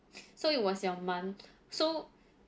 so it was your month so